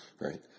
Right